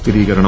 സ്ഥിരീകരണം